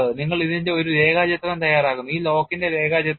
നിങ്ങൾ ഇതിന്റെ ഒരു രേഖാചിത്രം തയ്യാറാക്കുന്നു ഈ ലോക്കിന്റെ രേഖാചിത്രം